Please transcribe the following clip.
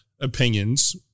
opinions